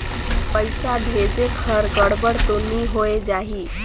पइसा भेजेक हर गड़बड़ तो नि होए जाही?